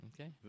Okay